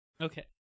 Okay